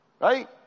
Right